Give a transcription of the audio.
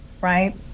right